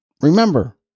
Remember